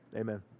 Amen